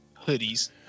hoodies